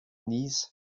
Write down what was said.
knees